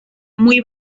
muy